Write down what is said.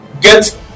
get